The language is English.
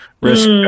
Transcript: risk